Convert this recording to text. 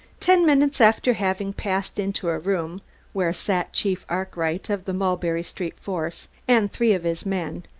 ten minutes after having passed into a room where sat chief arkwright, of the mulberry street force, and three of his men,